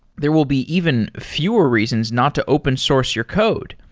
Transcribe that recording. there will be even fewer reasons not to open source your code.